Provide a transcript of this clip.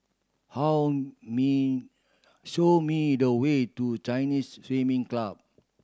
how me show me the way to Chinese Swimming Club